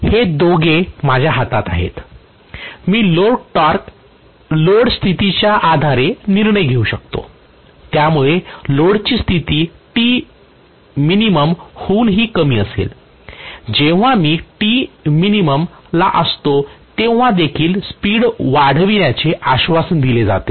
हे दोघे माझ्या हातात आहेत मी लोड स्थितीच्या आधारे निर्णय घेऊ शकतो त्यामुळे लोडची स्थिती हूनही कमी असेल जेव्हा मी ला असतो तेव्हा देखील स्पीड वाढवण्याचे आश्वासन दिले जाते